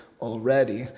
Already